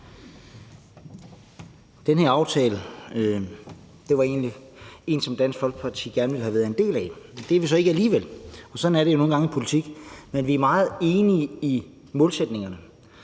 Den her aftale var egentlig en, som Dansk Folkeparti gerne ville have været en del af. Det er vi så ikke alligevel, og sådan er det jo nogle gange i politik, men vi er meget enige i målsætningerne.